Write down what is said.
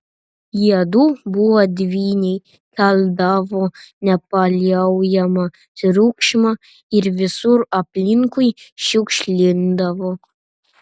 jiedu buvo dvyniai keldavo nepaliaujamą triukšmą ir visur aplinkui šiukšlindavo